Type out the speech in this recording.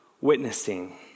witnessing